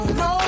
no